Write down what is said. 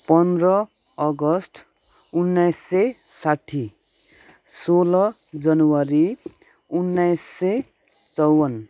पन्ध्र अगस्त उन्नाइस सय साठी सोह्र जनवरी उन्नाइस सय चौवन्न